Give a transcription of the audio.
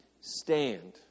stand